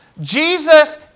Jesus